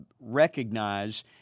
recognize